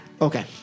Okay